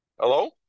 Hello